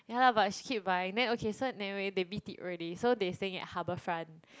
yeah lah but she keep buying then okay so anyway they b_t_o already so they staying at Harbourfront